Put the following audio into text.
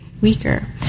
weaker